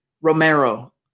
Romero